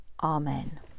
Amen